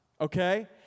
Okay